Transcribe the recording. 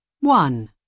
One